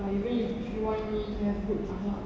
even if you want me to have good akhlak